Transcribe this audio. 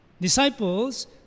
disciples